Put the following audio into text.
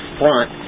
front